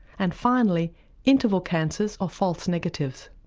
and finally interval cancers or false negatives.